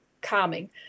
calming